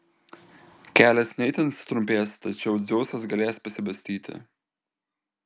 kelias ne itin sutrumpės tačiau dzeusas galės pasibastyti